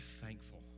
thankful